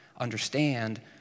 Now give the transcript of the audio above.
understand